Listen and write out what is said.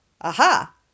aha